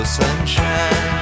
sunshine